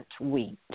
wheat